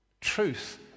Truth